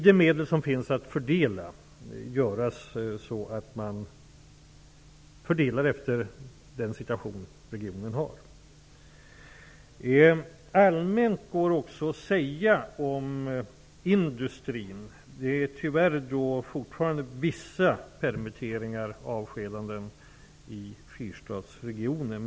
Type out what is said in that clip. De medel som finns att fördela skall naturligtvis fördelas med hänsyn till den situation regionen befinner sig i. Allmänt om industrin kan man också säga att det tyvärr fortfarande förekommer vissa permitteringar och avskedanden i Fyrstadsregionen.